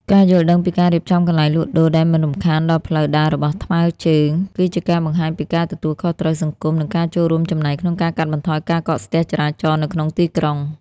ការយល់ដឹងពីការរៀបចំកន្លែងលក់ដូរដែលមិនរំខានដល់ផ្លូវដើររបស់ថ្មើរជើង គឺជាការបង្ហាញពីការទទួលខុសត្រូវសង្គម និងការចូលរួមចំណែកក្នុងការកាត់បន្ថយការកកស្ទះចរាចរណ៍នៅក្នុងទីក្រុង។